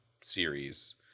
series